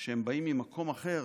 שהם באים ממקום אחר,